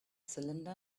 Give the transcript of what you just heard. cylinder